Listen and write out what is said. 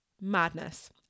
madness